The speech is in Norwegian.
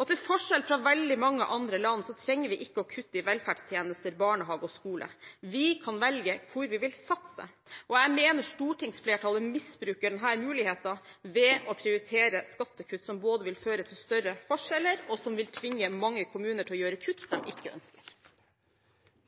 og til forskjell fra veldig mange andre land trenger vi ikke å kutte i velferdstjenester, barnehage og skole. Vi kan velge hvor vi vil satse, og jeg mener stortingsflertallet misbruker denne muligheten ved å prioritere skattekutt som både vil føre til større forskjeller og tvinge mange kommuner til å gjøre kutt de